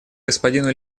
господину